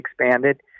expanded